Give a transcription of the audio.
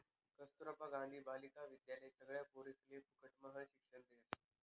कस्तूरबा गांधी बालिका विद्यालय सगळ्या पोरिसले फुकटम्हा शिक्षण देस